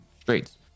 streets